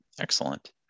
Excellent